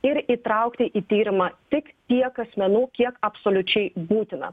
ir įtraukti į tyrimą tik tiek asmenų kiek absoliučiai būtina